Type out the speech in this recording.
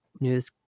news